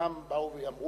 גם באו ואמרו,